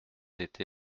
été